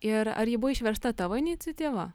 ir ar ji buvo išversta tavo iniciatyva